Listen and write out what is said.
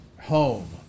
home